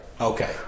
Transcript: Okay